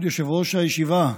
כבוד יושב-ראש הישיבה,